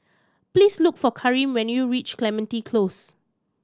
please look for Kareem when you reach Clementi Close